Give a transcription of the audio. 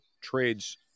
trades